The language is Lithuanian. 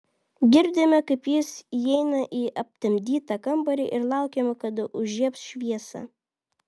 girdime kaip jis įeina į aptemdytą kambarį ir laukiame kada užžiebs šviesą